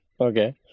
Okay